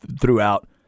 throughout